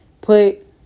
put